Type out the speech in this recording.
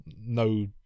no